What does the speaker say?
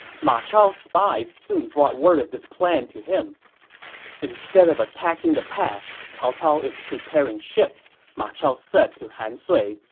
ma chao's spies soon brought word of this plan to him instead of attacking the pass, cao cao is preparing ships, ma chao said to han sui.